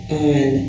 on